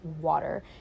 water